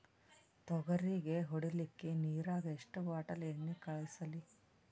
ತೊಗರಿಗ ಹೊಡಿಲಿಕ್ಕಿ ನಿರಾಗ ಎಷ್ಟ ಬಾಟಲಿ ಎಣ್ಣಿ ಕಳಸಲಿ?